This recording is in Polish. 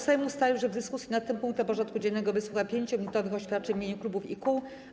Sejm ustalił, że w dyskusji nad tym punktem porządku dziennego wysłucha 5-minutowych oświadczeń w imieniu klubów i kół.